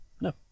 No